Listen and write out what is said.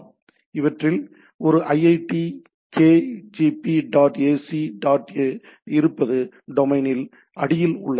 எனவே இவற்றில் ஒரு iitlkgp dot ac dot இருப்பது டொமைனில் அடியில் உள்ளது